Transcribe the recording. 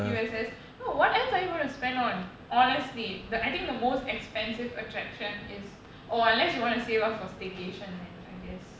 U_S_S no what else are you going to spend on honestly the I think the most expensive attraction is or unless you want to save up for staycation then I guess